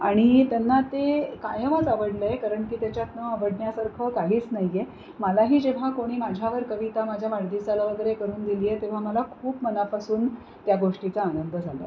आणि त्यांना ते कामयच आवडलं आहे कारण की त्याच्यात न आवडण्यासारखं काहीच नाही आहे मलाही जेव्हा कोणी माझ्यावर कविता माझ्या वाढदिवसाला वगैरे करून दिली आहे तेव्हा मला खूप मनापासून त्या गोष्टीचा आनंद झाला आहे